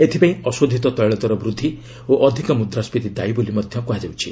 ଏଥିପାଇଁ ଅଶୋଧିତ ତେିଳ ଦର ବୃଦ୍ଧି ଓ ଅଧିକ ମୁଦ୍ରାଙ୍କିତି ଦାୟି ବୋଲି କୁହାଯାଉଛି